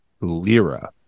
Lira